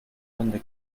onde